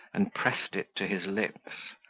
and pressed it to his lips.